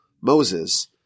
Moses